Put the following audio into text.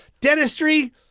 Dentistry